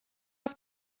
auf